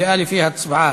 זה היה לפי הצבעה,